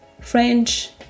French